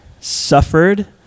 suffered